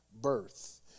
birth